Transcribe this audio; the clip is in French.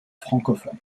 francophone